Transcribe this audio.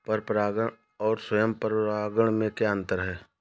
पर परागण और स्वयं परागण में क्या अंतर है?